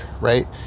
right